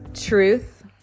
Truth